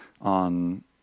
on